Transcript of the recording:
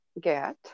Get